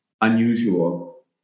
unusual